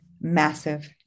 Massive